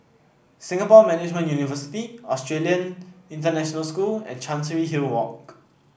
Singapore Management University Australian International School and Chancery Hill Walk